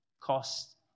cost